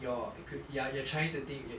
your it could you are trying to think that